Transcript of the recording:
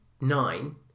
Nine